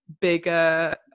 bigger